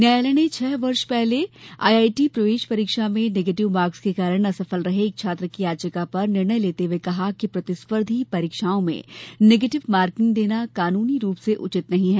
न्यायालय ने छह वर्ष पहले आईआईटी प्रवेश परीक्षा में नेगेटिव मार्क्स के कारण असफल रहे एक छात्र की याचिका पर निर्णय देते हुए कहा कि प्रतिस्पर्द्वी परीक्षाओं में नेगेटिव मार्किंग देना कानूनी रूप से उचित नहीं है